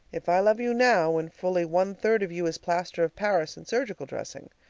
if i love you now, when fully one third of you is plaster of paris and surgical dressing,